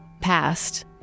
passed